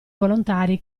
volontari